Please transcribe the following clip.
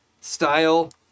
style